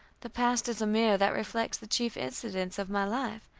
the past is a mirror that reflects the chief incidents of my life.